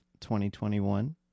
2021